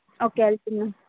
okay వెళ్తున్నాను